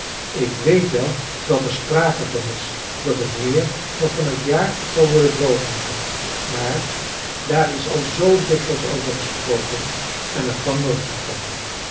ik weet wel dat er sprake van is dat het meer nog van t jaar zal worden drooggemaakt maar daar is al zoo dikwijls over gesproken en er kwam nooit wat van